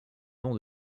nom